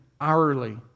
hourly